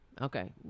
Okay